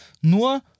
nur